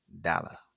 dollar